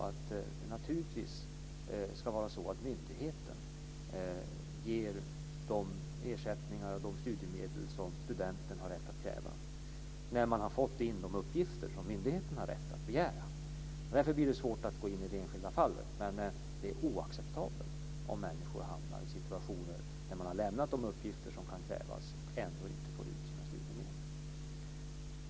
Det ska naturligtvis vara så att myndigheten ger de ersättningar och de studiemedel som studenten har rätt att kräva när man har fått in de uppgifter som myndigheten har rätt att begära. Därför blir det svårt att gå in i det enskilda fallet, men det är oacceptabelt om människor hamnar i situationer där de har lämnat de uppgifter som kan krävas men ändå inte får ut sina studiemedel.